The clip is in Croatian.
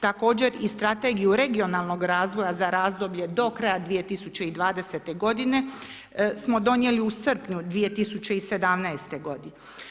Također, i strategiju regionalnog razvoja za razdoblje do kraja 2020. godine smo donijeli u srpnju 2017. godine.